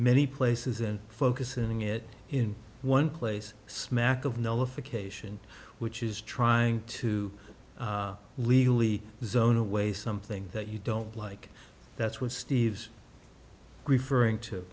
many places and focusing it in one place smack of notification which is trying to legally zone away something that you don't like that's what steve's referring